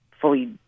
fully